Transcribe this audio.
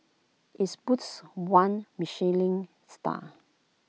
its boasts one Michelin star